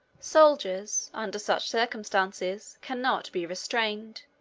soldiers, under such circumstances, can not be restrained,